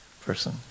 person